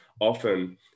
often